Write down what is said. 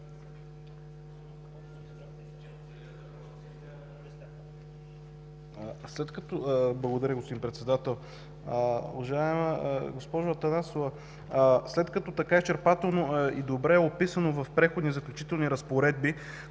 Благодаря, господин Председател. Уважаема госпожо Атанасова, след като така изчерпателно и добре е описано в Преходните и заключителните разпоредби